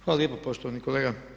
Hvala lijepo poštovani kolega.